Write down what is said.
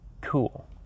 cool